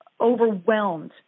overwhelmed